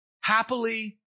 happily